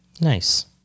Nice